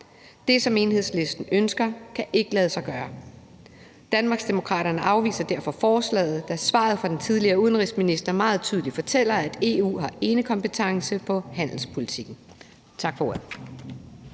Det, som Enhedslisten ønsker, kan ikke lade sig gøre. Danmarksdemokraterne afviser derfor forslaget, da svaret fra den tidligere udenrigsminister meget tydeligt fortæller, at EU har enekompetence på handelspolitikken. Tak for ordet.